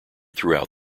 throughout